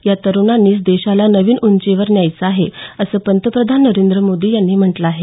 या तरुणांनीच देशाला नवीन उंचीवर न्यायचं आहे असं पंतप्रधान नरेंद्र मोदी यांनी म्हटलं आहे